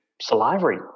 salivary